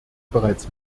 bereits